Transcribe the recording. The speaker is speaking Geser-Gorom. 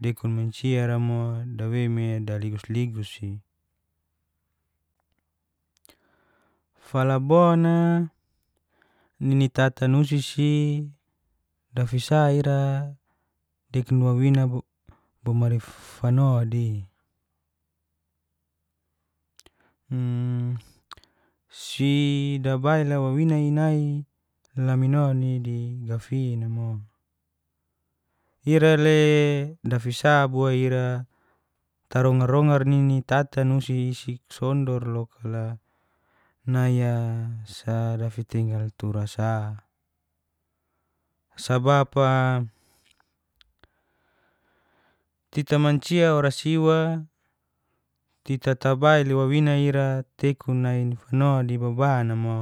dekon manciara mo dawei nai daligus-ligus si. Falabona nini tata nusi si dafisa ira dekin wawina fanodi si dabail wawina inai laminoni digafina mo, ira le dafis bu'a ira tarongar-rongar nini tata nusi isik sondor lok le ni'a sa dafitengal tura sa. Sabap a tita mancia oras iwa tita tabail iwawina ira tekun nai fanodi baba'na mo.